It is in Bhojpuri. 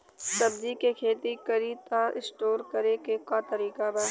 सब्जी के खेती करी त स्टोर करे के का तरीका बा?